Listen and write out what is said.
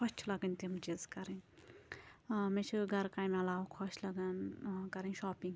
خۄش چھِ لَگان تِم چیٖز کَرٕنۍ ٲں مےٚ چھِ گھرٕ کامہِ علاوٕ خۄش لَگان ٲں کَرٕنۍ شاپِنٛگ